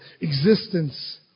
existence